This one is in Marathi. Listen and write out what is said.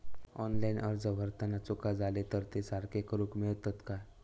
ऑनलाइन अर्ज भरताना चुका जाले तर ते सारके करुक मेळतत काय?